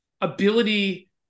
ability